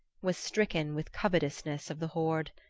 was stricken with covetousness of the hoard.